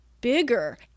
bigger